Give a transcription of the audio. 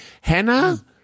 Hannah